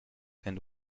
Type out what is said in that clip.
and